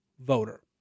voter